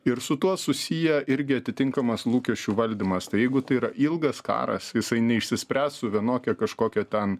ir su tuo susiję irgi atitinkamas lūkesčių valdymas tai jeigu tai yra ilgas karas jisai neišsispręs su vienokia kažkokia ten